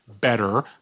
better